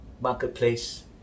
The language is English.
marketplace